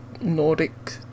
Nordic